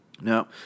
Now